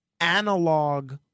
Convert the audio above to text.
analog